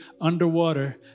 underwater